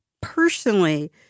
personally